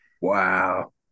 Wow